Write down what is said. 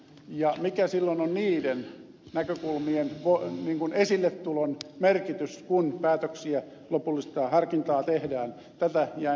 ja mikä silloin on niiden näkökulmien esilletulon merkitys kun päätöksiä lopullista harkintaa tehdään tätä jäin miettimään